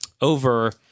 over